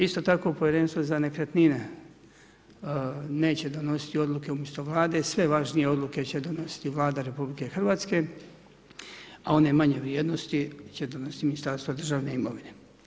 Isto tako povjerenstvo za nekretnine, neće donositi odluke umjesto Vlade, sve važnije odluke će donesti Vlada RH, a one manje vrijednosti će donositi Ministarstvo državne imovine.